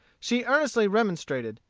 she earnestly remonstrated,